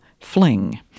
fling